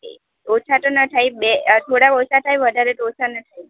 ઓછા તો ન થાય બે થોડા ઓછા થાય વધારે તો ઓછા ન થાય